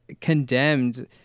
Condemned